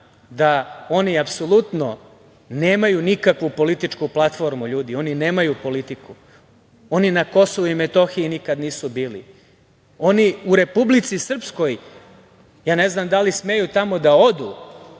nemaju apsolutno nikakvu političku platformu, oni nemaju politiku. Oni na Kosovu i Metohiji nikada nisu bili. Oni u Republici Srpskoj… Ja ne znam da li smeju tamo da odu,